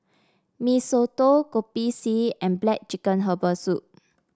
Mee Soto Kopi C and black chicken Herbal Soup